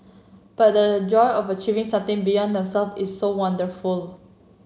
but the joy of achieving something beyond themselves is so wonderful